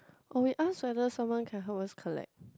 or we ask whether someone can help us collect